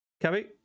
Cabby